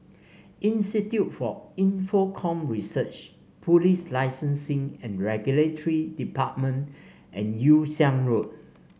Institute for Infocomm Research Police Licensing and Regulatory Department and Yew Siang Road